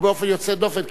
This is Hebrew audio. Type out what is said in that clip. ובאופן יוצא דופן,